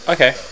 Okay